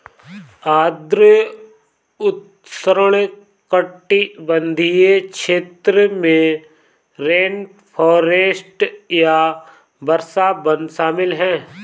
आर्द्र उष्णकटिबंधीय क्षेत्र में रेनफॉरेस्ट या वर्षावन शामिल हैं